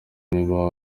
niba